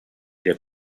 der